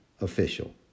official